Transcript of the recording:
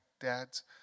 dads